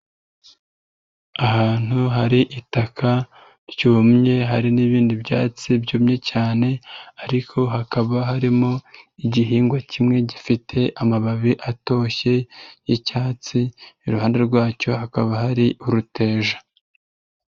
Ahantu hari itaka ryumye hari n'ibindi byatsi byumye cyane ariko hakaba harimo igihingwa kimwe gifite amababi atoshye y'icyatsi, iruhande rwacyo hakaba hari uruteja.